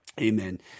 Amen